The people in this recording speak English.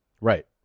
right